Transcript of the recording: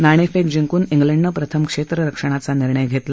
नाणेफेक जिंकून खिंडनं प्रथम क्षेत्ररक्षणाचा निर्णय घेतला